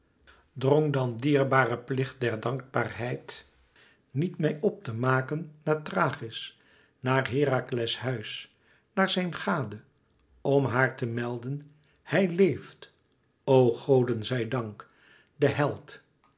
drong dan dierbare plicht der dankbaarheid niet mij p te maken naar thrachis naar herakles huis naar zijn gade om haar te melden hij leeft o goden zij dank de held